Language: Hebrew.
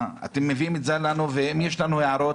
אתם מביאים את זה אלינו, ואם יש לנו הערות?